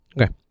Okay